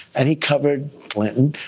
and he covered clinton.